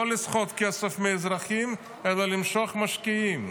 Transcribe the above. לא כדי לסחוט כסף מהאזרחים, אלא למשוך משקיעים.